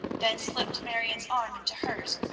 then slipped marion's arm into hers,